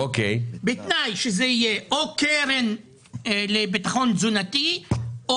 בתנאי שזה יופנה לקרן לביטחון תזונתי.